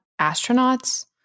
astronauts